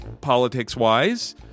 Politics-wise